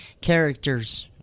characters